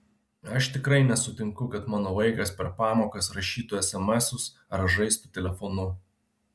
aš tikrai nesutinku kad mano vaikas per pamokas rašytų esemesus ar žaistų telefonu